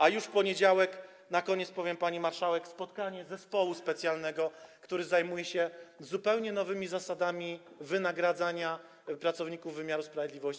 A już w poniedziałek, na koniec powiem, pani marszałek, spotkanie zespołu specjalnego, który zajmuje się zupełnie nowymi zasadami wynagradzania pracowników wymiaru sprawiedliwości.